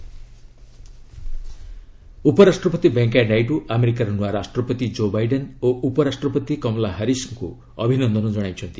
VP PM ଞ୍ବିଶେସ୍ ଉପରାଷ୍ଟ୍ରପତି ଭେଙ୍କିୟା ନାଇଡ଼ୁ ଆମେରିକାର ନୂଆ ରାଷ୍ଟ୍ରପତି ଜୋ ବାଇଡେନ୍ ଓ ଉପରାଷ୍ଟ୍ରପତି କମଲା ହାରିସ୍କୁ ଅଭିନନ୍ଦନ ଜଣାଇଛନ୍ତି